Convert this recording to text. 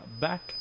back